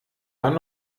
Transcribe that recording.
dann